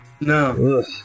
No